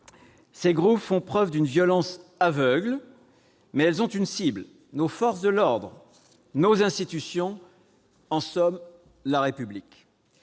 Ces groupes font preuve d'une violence aveugle, mais ils ont une cible : nos forces de l'ordre, nos institutions, en somme, la République